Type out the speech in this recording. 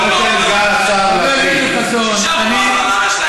בואו ניתן לסגן השר